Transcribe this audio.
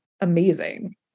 amazing